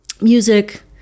music